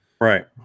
Right